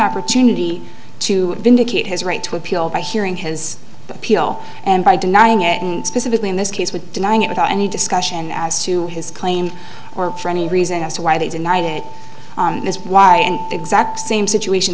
opportunity to vindicate his right to appeal by hearing his appeal and by denying it specifically in this case with denying it without any discussion as to his claim or for any reason as to why they denied it why and exact same situation